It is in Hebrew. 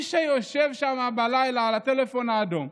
האיש שיושב בלילה על הטלפון האדום,